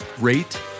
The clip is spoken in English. rate